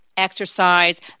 exercise